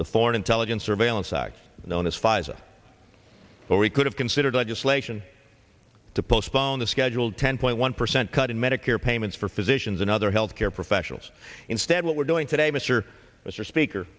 the foreign intelligence surveillance act known as pfizer or we could have considered legislation to postpone the scheduled ten point one percent cut in medicare payments for physicians and other health care professionals instead what we're doing today mr mr speaker